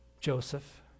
Joseph